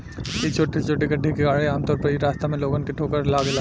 इ छोटे छोटे गड्ढे के कारण ही आमतौर पर इ रास्ता में लोगन के ठोकर लागेला